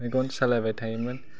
मेगन सालायबाय थायोमोन